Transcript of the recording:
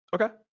Okay